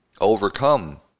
overcome